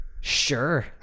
Sure